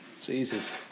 Jesus